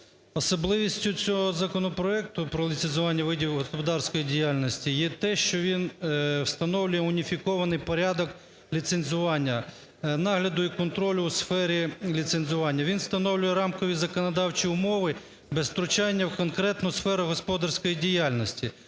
Особливістю цього законопроекту про ліцензування видів господарської діяльності є те, що він встановлює уніфікований порядок ліцензування, нагляду і контролю у сфері ліцензування, він встановлює рамкові законодавчі умови без втручання у конкретну сферу господарської діяльності.